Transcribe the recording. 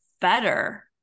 better